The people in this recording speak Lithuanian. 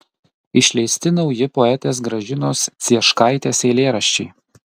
išleisti nauji poetės gražinos cieškaitės eilėraščiai